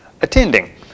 attending